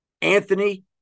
Anthony